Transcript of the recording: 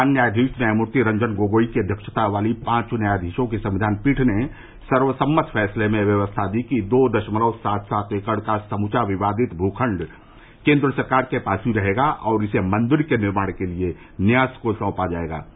प्रधान न्यायाधीश न्यायमूर्ति रंजन गोगोई की अव्यक्षता वाली पांच न्यायाधीशों की संक्विन पीठ ने सर्वसम्मत फैसले में व्यवस्था दी कि दो दशमलव सात सात एकड़ का समूचा विवादित भूखंड केंद्र सरकार के पास ही रहेगा और इसे मंदिर के निर्माण के लिए न्यास को सौंपा जाएगा